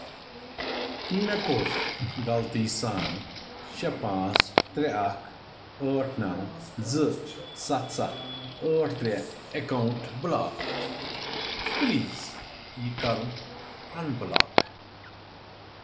مےٚ کوٚر غلطی سان شےٚ پانٛژھ ترٛےٚ اَکھ ٲٹھ نَو زٕ سَتھ سَتھ ٲٹھ ترٛےٚ اکاونٹ بلاک پلیز یہِ کَرُن اَنبلاک